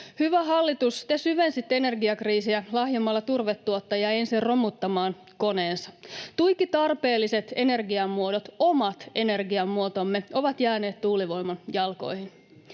Hyvä hallitus, te syvensitte energiakriisiä lahjomalla turvetuottajia ensin romuttamaan koneensa. Tuiki tarpeelliset energiamuodot, omat energiamuotomme, ovat jääneet tuulivoiman jalkoihin.